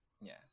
Yes